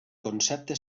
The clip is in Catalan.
concepte